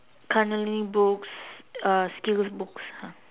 culinary books uh skills books lah